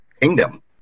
kingdom